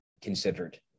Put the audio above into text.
considered